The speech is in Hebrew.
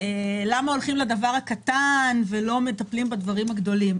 למה הולכים לדבר הקטן ולא מטפלים בדברים הגדולים?